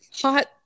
Hot